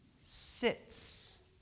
sits